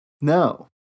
No